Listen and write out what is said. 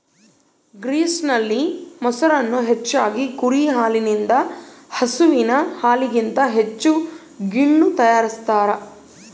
ಗ್ರೀಸ್ನಲ್ಲಿ, ಮೊಸರನ್ನು ಹೆಚ್ಚಾಗಿ ಕುರಿ ಹಾಲಿನಿಂದ ಹಸುವಿನ ಹಾಲಿಗಿಂತ ಹೆಚ್ಚು ಗಿಣ್ಣು ತಯಾರಿಸ್ತಾರ